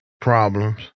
problems